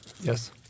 yes